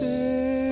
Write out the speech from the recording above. Say